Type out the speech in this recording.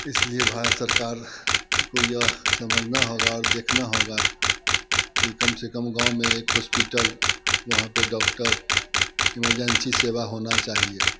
इस लिए भारत सरकार को यह समझना होगा और देखना होगा कि कम से कम गाँव में एक हॉस्पिटल वहाँ पर डॉक्टर इमरजेंसी सेवा होना चाहिए